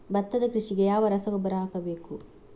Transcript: ಭತ್ತದ ಕೃಷಿಗೆ ಯಾವ ರಸಗೊಬ್ಬರ ಹಾಕಬೇಕು?